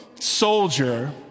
soldier